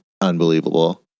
unbelievable